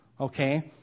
okay